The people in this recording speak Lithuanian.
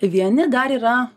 vieni dar yra